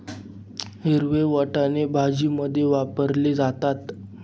हिरवे वाटाणे भाजीमध्ये वापरले जातात